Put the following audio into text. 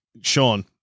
Sean